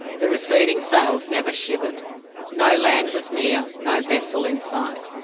the receding sails never shivered no land was near, no vessel in sight.